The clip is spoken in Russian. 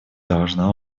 должна